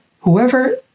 whoever